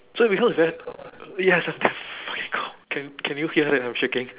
so because it's very yes I'm damn fucking cold can can you hear that I'm shaking